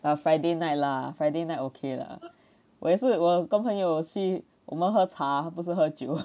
ah friday night lah friday night okay lah 我也是我跟朋友去我们喝茶不是喝酒